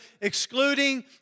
excluding